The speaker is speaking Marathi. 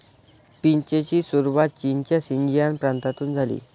पीचची सुरुवात चीनच्या शिनजियांग प्रांतातून झाली